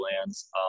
lands